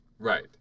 Right